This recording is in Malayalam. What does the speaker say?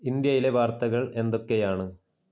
ഇന്ത്യയിലെ വാർത്തകൾ എന്തൊക്കെയാണ്